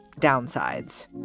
downsides